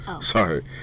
Sorry